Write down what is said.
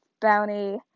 Bounty